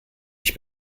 ich